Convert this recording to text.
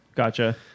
Gotcha